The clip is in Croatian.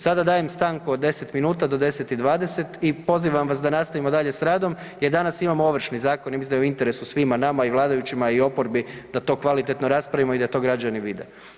Sada dajem stanku od 10 minuta do 10 i 20 i pozivam vas da nastavimo dalje s radom jer danas imamo Ovršni zakon i mislim da je u interesu svima nama i vladajućima i oporbi da to kvalitetno raspravimo i da to građani vide.